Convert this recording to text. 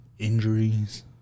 Injuries